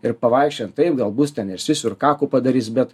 ir pavaikščiojant taip gal bus ten ir sisiu kaku padarys bet